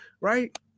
Right